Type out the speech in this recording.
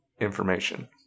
information